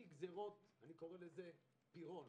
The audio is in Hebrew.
מגזירות אני קורא לזה פירון,